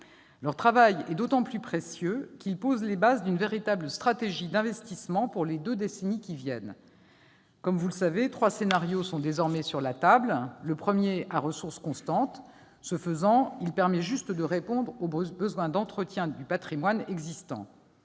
Leur travail est d'autant plus précieux qu'il pose les bases d'une véritable stratégie d'investissement pour les deux décennies à venir. Comme vous le savez, trois scénarios sont désormais sur la table. Le premier, à ressources constantes, permet simplement de répondre aux besoins d'entretien du patrimoine existant.